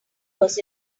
was